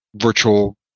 virtual